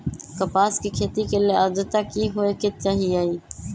कपास के खेती के लेल अद्रता की होए के चहिऐई?